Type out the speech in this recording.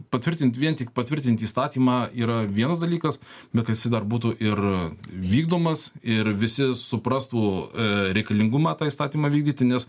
patvirtint vien tik patvirtint įstatymą yra vienas dalykas bet kad jisai dar būtų ir vykdomas ir visi suprastų reikalingumą tą įstatymą vykdyti nes